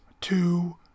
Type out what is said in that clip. two